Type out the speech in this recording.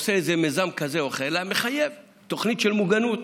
יעשה איזה מיזם כזה או אחר אלא יחייב תוכנית של מוגנות.